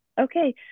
okay